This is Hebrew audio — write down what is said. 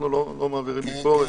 אנחנו לא מעבירים ביקורת.